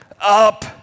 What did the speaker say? up